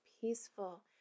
peaceful